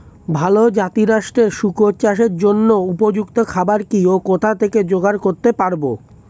ভালো জাতিরাষ্ট্রের শুকর চাষের জন্য উপযুক্ত খাবার কি ও কোথা থেকে জোগাড় করতে পারব?